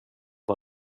vad